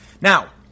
Now